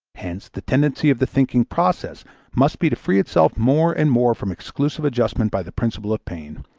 hence the tendency of the thinking process must be to free itself more and more from exclusive adjustment by the principle of pain,